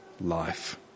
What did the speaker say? life